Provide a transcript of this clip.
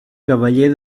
cavaller